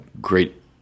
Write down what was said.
great